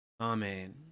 Amen